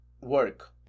work